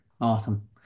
Awesome